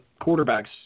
quarterbacks